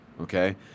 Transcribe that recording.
okay